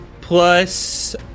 plus